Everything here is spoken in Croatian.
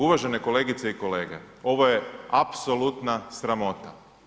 Uvažene kolegice i kolege, ovo je apsolutna sramota.